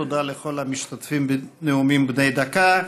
תודה לכל המשתתפים בנאומים בני דקה.